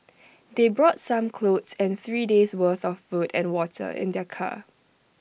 they brought some clothes and three days worth of food and water in their car